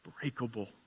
unbreakable